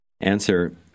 Answer